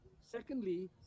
Secondly